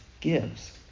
gives